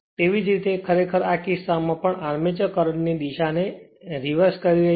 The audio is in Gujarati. તેવી જ રીતે ખરેખર આ કિસ્સામાં પણ આર્મચર કરંટ ની દિશાને રીવર્સ કરી રહી છે